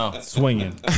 swinging